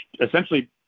essentially